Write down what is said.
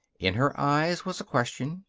in her eyes was a question.